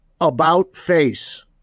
about-face